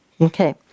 Okay